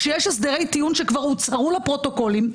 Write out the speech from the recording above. כשיש הסדרי טיעון שכבר הוצהרו לפרוטוקולים,